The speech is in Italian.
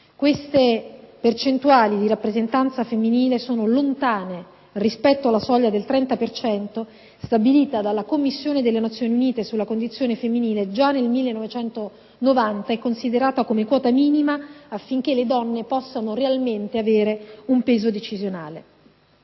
Queste percentuali di rappresentanza femminile sono lontane rispetto alla soglia del 30 per cento stabilita dalla Commissione delle Nazioni Unite sulla condizione femminile già nel 1990 e considerata come quota minima affinché le donne possano realmente avere un peso decisionale.